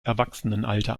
erwachsenenalter